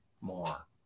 more